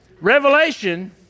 revelation